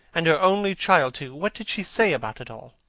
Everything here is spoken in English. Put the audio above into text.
and her only child, too! what did she say about it all?